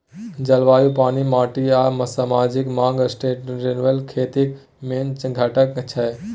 जलबायु, पानि, माटि आ समाजिक माँग सस्टेनेबल खेतीक मेन घटक छै